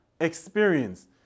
experience